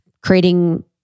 creating